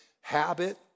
habit